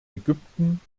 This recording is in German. ägypten